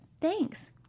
thanks